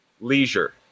leisure